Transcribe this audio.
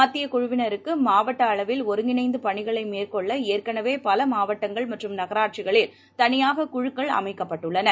மத்திய குழுவினருக்கு மாவட்ட அளவில் ஒருங்கிணைந்து பணிகளை மேற்கொள்ள ஏற்கனவே பல மாவட்டங்கள் மற்றும் நகராட்சிகளில் தனியாக குழுக்கள் அமைக்கப்பட்டுள்ளன